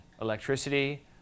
Electricity